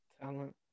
talent